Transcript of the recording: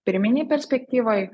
pirminėj perspektyvoj